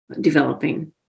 developing